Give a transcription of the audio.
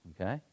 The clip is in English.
Okay